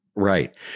Right